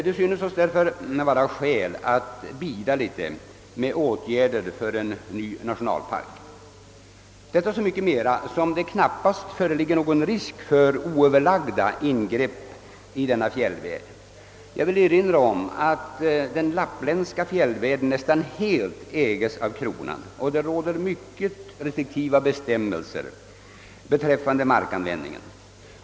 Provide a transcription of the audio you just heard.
Det synes därför vara skäl att »bida lite» med åtgärder för en ny nationalpark, så mycket mer som det knappast föreligger någon risk för oöverlagda ingrepp i denna fjällvärld. Jag vill erinra om att den lappländska fjällvärlden nästan helt ägs av kronan och att man tillämpar synnerligen restriktiva bestämmelser beträffande markanvändningen.